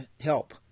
help